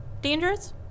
Dangerous